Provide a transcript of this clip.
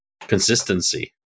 consistency